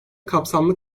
kapsamlı